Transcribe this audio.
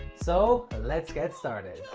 so, let's get started!